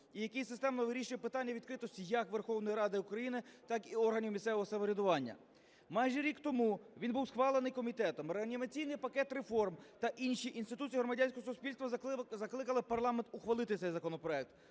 і який системно вирішує питання відкритості як Верховної Ради України, так і органів місцевого самоврядування. Майже рік тому він був схвалений комітетом. "Реанімаційний пакет реформ" та інші інституції громадянського суспільства закликали парламент ухвалити цей законопроект,